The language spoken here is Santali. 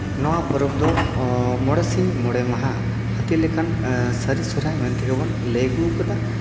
ᱱᱚᱣᱟ ᱯᱚᱨᱚᱵᱽ ᱫᱚ ᱢᱚᱬᱮ ᱥᱤᱧ ᱢᱚᱬᱮ ᱢᱟᱦᱟᱸ ᱦᱟᱛᱤ ᱞᱮᱠᱟᱱ ᱥᱟᱹᱨᱤ ᱥᱚᱦᱨᱟᱭ ᱢᱮᱱ ᱛᱮᱜᱮ ᱵᱚᱱ ᱞᱟᱹᱭ ᱟᱹᱜᱩ ᱠᱟᱫᱟ